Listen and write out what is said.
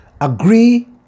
agree